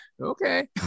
Okay